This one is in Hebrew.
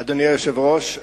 אדוני היושב-ראש,